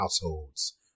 households